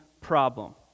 problem